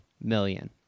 million